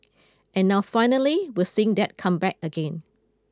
and now finally we're seeing that come back again